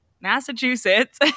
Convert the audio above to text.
Massachusetts